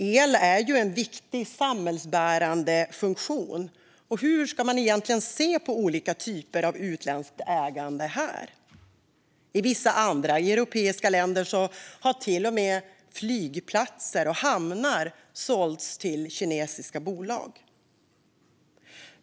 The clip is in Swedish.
El är ju en viktig samhällsbärande funktion, så hur ska man se på olika typer av utländskt ägande här? I vissa andra europeiska länder har till och med flygplatser och hamnar sålts till kinesiska bolag.